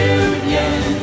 union